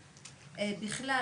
בכלל,